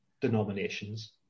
denominations